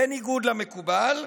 בניגוד למקובל,